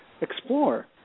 explore